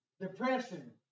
depression